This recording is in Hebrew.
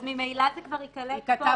אז ממילא זה כבר ייקלט פה.